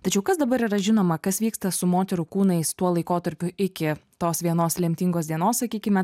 tačiau kas dabar yra žinoma kas vyksta su moterų kūnais tuo laikotarpiu iki tos vienos lemtingos dienos sakykime